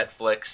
Netflix